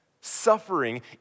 Suffering